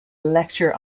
lecture